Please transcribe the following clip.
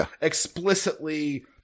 explicitly